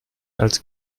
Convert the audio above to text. als